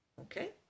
Okay